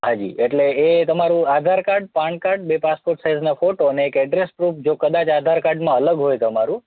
હા જી એટલે એ તમારું આધારકાર્ડ પાનકાર્ડ બે પાસપોર્ટ સાઈઝના ફોટો અને એક એડ્રેસ પ્રૂફ જો કદાચ આધારકાર્ડમાં અલગ હોય તમારું